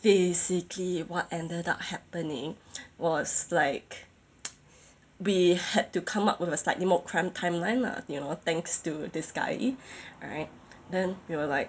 basically what ended up happening was like we had to come up with a slightly more cramped timeline lah you know thanks to this guy alright then we were like